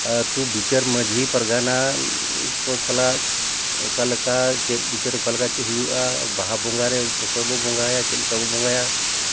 ᱟᱛᱳ ᱵᱤᱪᱟᱹᱨ ᱢᱟᱹᱡᱷᱤ ᱯᱟᱨᱜᱟᱱᱟ ᱠᱚ ᱥᱟᱞᱟᱜ ᱚᱠᱟᱞᱮᱠᱟ ᱪᱮᱫ ᱵᱤᱪᱟᱹᱨ ᱚᱠᱟᱞᱮᱠᱟ ᱪᱮᱫ ᱦᱩᱭᱩᱜᱼᱟ ᱵᱟᱦᱟ ᱵᱚᱸᱜᱟᱨᱮ ᱚᱠᱚᱭ ᱵᱚᱱ ᱵᱚᱸᱜᱟᱣᱟᱭᱟ ᱪᱮᱫ ᱞᱮᱠᱟᱵᱚᱱ ᱵᱚᱸᱜᱟᱭᱟ